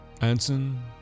Anson